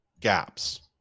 gaps